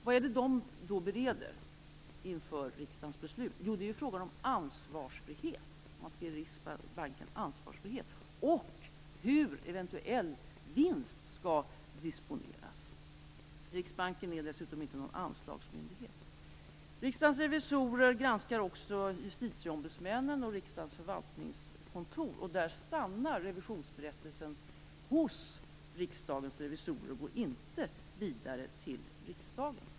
Vad är det man bereder inför riksdagens beslut? Jo, det är frågan om man skall ge Riksbanken ansvarsfrihet och hur en eventuell vinst skall disponeras. Riksbanken är dessutom inte någon anslagsmyndighet. Riksdagens revisorer granskar också justitieombudsmännen och Riksdagens förvaltningskontor. I de fallen stannar revisionsberättelsen hos Riksdagens revisorer och går inte vidare till riksdagen.